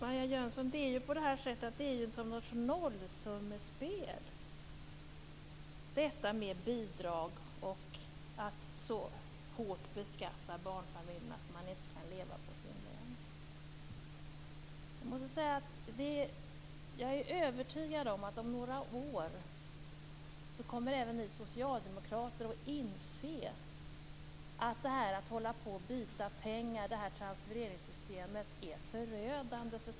Herr talman! Bidragen och den hårda beskattningen av barnfamiljerna - så hård att de inte kan leva på sin lön - är något slags nollsummespel, Marianne Jönsson. Jag är övertygad om att även ni socialdemokrater om några år kommer att inse att detta transfereringssystem - att hålla på och byta pengar - är förödande för samhällsekonomin.